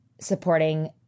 supporting